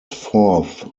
forth